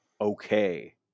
okay